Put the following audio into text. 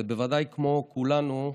ובוודאי כמו כולנו,